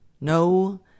No